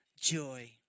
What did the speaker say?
Joy